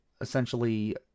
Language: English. essentially